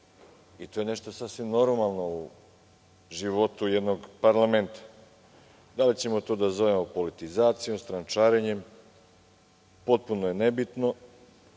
i to je nešto što je sasvim normalno u životu jednog parlamenta. Da li ćemo to da zovemo politizacijom, strančarenjem, potpuno je nebitno,